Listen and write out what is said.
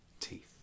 teeth